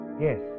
Yes